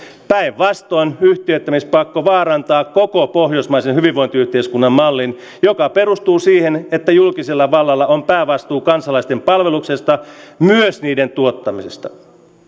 päinvastoin yhtiöittämispakko vaarantaa koko pohjoismaisen hyvinvointiyhteiskuntamallin joka perustuu siihen että julkisella vallalla on päävastuu kansalaisten palveluista myös niiden tuottamisesta